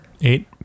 Eight